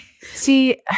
See